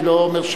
אני לא אומר,